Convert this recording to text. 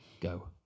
Go